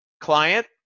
client